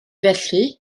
felly